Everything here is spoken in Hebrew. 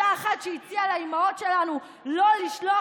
אותה אחת שהציעה לאימהות שלנו לא לשלוח